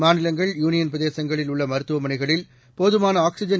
மாநிலங்கள் யூனியன் பிரதேசங்களில் உள்ள மருத்துவமனைகளில் போதமான ஆக்ஸிஜன்